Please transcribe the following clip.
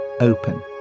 open